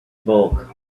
bulk